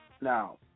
Now